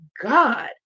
God